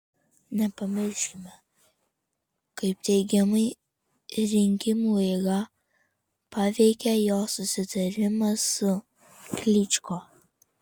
nepamirškime kaip teigiamai rinkimų eigą paveikė jo susitarimas su klyčko